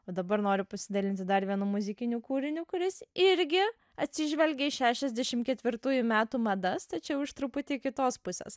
o dabar noriu pasidalinti dar vienu muzikiniu kūriniu kuris irgi atsižvelgė į šešiasdešim ketvirtųjų metų madas tačiau iš truputį kitos pusės